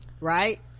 right